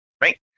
right